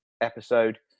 episode